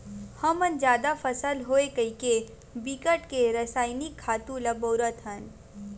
हमन जादा फसल होवय कहिके बिकट के रसइनिक खातू ल बउरत हन